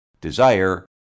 desire